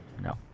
No